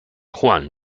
juan